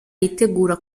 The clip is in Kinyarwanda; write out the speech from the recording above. yitegura